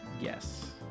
Yes